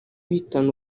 uhitana